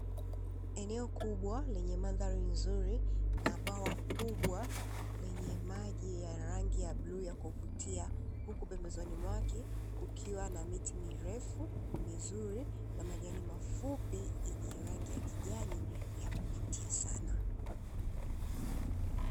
Eneo kubwa lenye mandhari nzuri na bwawa kubwa lenye maji ya rangi ya bluu ya kuvutia, huku pembezoni mwake kukiwa na miti mirefu mizuri na majani mafupi yenye rangi ya kijani yakuvutia sana.